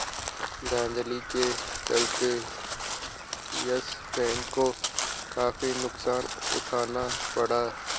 धांधली के चलते यस बैंक को काफी नुकसान उठाना पड़ा